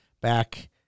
back